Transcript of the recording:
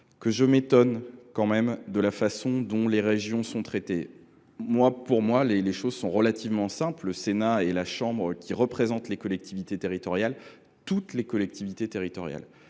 que je m’étonne de la façon dont les régions sont traitées. Pour moi, les choses sont relativement simples : le Sénat est la chambre qui représente les collectivités territoriales – toutes les collectivités territoriales